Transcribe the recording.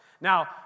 Now